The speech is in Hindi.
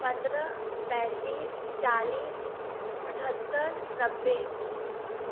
पंद्रह पैंतीस चालीस अठहत्तर नब्बे